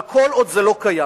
אבל כל עוד זה לא קיים,